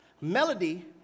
Melody